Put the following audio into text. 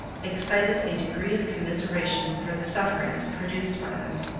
excited a degree of commiseration for the sufferings produced by them,